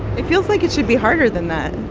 it feels like it should be harder than that